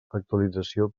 actualització